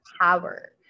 Power